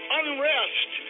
unrest